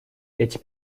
эти